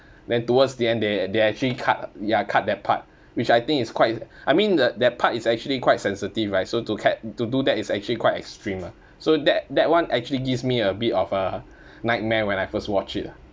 then towards the end they they actually cut ya cut that part which I think is quite I mean the that part is actually quite sensitive right so to cat~ to do that is actually quite extreme ah so that that one actually gives me a bit of a nightmare when I first watched it